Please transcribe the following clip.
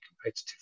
competitive